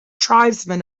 tribesmen